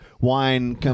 wine